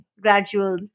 gradual